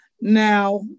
Now